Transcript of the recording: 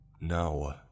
No